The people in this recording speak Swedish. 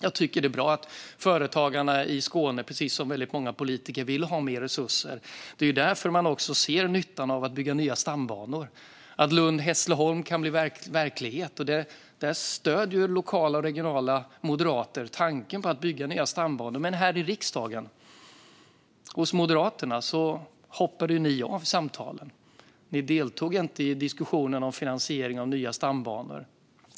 Jag tycker att det är bra att företagarna i Skåne, precis som väldigt många politiker, vill ha mer resurser. Det är därför de också ser nyttan av att bygga nya stambanor och att Lund-Hässleholm kan bli verklighet. Där stöder lokala och regionala moderater tanken på att bygga nya stambanor, men här i riksdagen hoppade Moderaterna av samtalen och deltog inte i diskussionen om finansiering av nya stambanor.